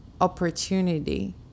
opportunity